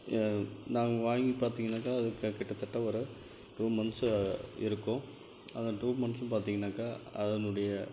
நாங்கள் வாங்கி பார்த்திங்கன்னாக்கா அது கிட்டத்தட்ட ஒரு டூ மந்த்சு இருக்கும் அந்த டூ மந்த்சு பார்த்திங்கன்னாக்கா அதனுடைய